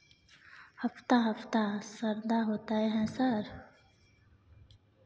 हफ्ता हफ्ता शरदा होतय है सर?